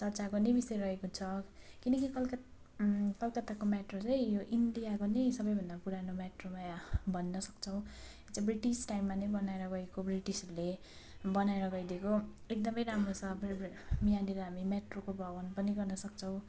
चर्चा गर्ने विषय रहेको छ किनकि कलकत् कलकत्ताको मेट्रो चाहिँ यो इन्डियाको नै सबैभन्दा पुरानो मेट्रो भन्न सक्छौँ जो ब्रिटिस टाइममा नै बनाएर गएको ब्रिटिसहरूले बनाएर गइदिएको एकदम राम्रो छ यहाँनिर हामी मेट्रोको भ्रमण पनि गर्न सक्छौँ